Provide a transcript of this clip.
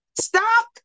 Stop